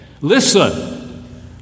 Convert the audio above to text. listen